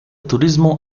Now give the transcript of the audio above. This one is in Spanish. turismo